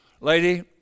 Lady